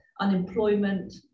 unemployment